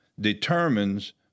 determines